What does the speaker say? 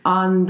on